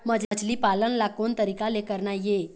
मछली पालन ला कोन तरीका ले करना ये?